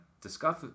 discuss